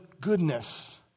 goodness